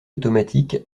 automatique